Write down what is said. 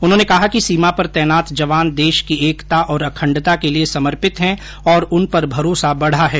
उन्होंने कहा कि सीमा पर तैनात जवान देश की एकता और अखण्डता के लिये समर्पित है और उन पर भरोसा बढ़ा है